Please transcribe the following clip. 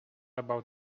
about